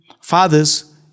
Fathers